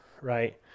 right